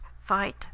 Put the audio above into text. fight